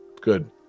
Good